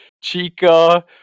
Chica